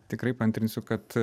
tikrai paantrinsiu kad